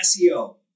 SEO